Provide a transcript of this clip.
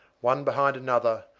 one behind another,